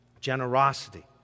Generosity